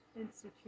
insecure